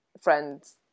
friends